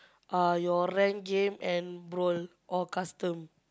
uh your rank game and brawl or custom